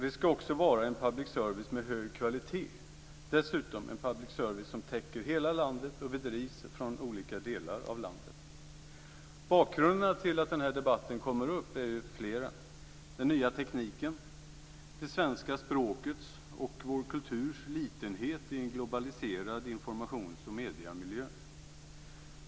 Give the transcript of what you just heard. Det ska också vara en public service med hög kvalitet, dessutom en public service som täcker hela landet och bedrivs från olika delar av landet. Bakgrunderna till att den här debatten kommer upp är flera; den nya tekniken, det svenska språkets och vår kulturs litenhet i en globaliserad informations och mediemiljö.